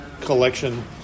collection